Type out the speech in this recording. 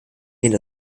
lehnt